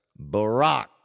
Barack